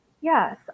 yes